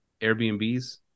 Airbnbs